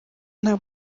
nta